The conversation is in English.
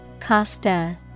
Costa